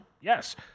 Yes